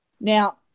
Now